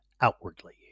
outwardly